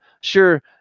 sure